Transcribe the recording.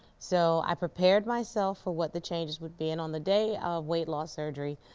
so i prepared myself for what the changes would be and on the day of weight loss surgery,